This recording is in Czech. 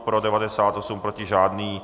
Pro 98, proti žádný.